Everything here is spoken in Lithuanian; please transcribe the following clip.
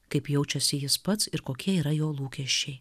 kaip jaučiasi jis pats ir kokie yra jo lūkesčiai